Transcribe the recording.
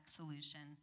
solution